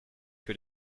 que